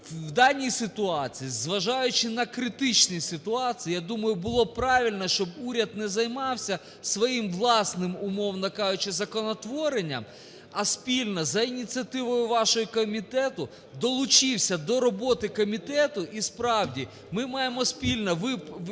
в даній ситуації, зважаючи на критичність ситуації, я думаю, що було би правильно, щоб уряд не займався своїм власним, умовно кажучи, законотворенням, а спільно за ініціативою вашого комітету долучився до роботи комітету. І справді, ми маємо спільно